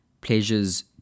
Pleasures